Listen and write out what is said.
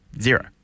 Zero